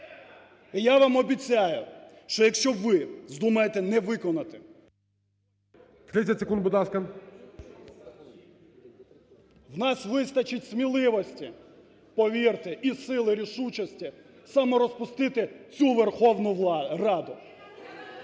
І я вам обіцяю, що якщо ви, вздумаєте не виконати… ГОЛОВУЮЧИЙ. 30 секунд, будь ласка. БІЛЕЦЬКИЙ А.Є. В нас вистачить сміливості, повірте, і сили, рішучості само розпустити цю Верховну Раду.